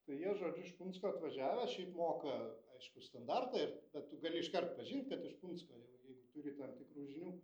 tai jie žodžiu iš punsko atvažiavę šiaip moka aišku standartą ir bet tu gali iškart pažint kad iš punsko jau jeigu turi tam tikrų žinių